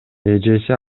эжеси